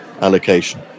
allocation